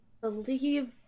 believe